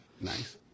Nice